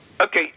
Okay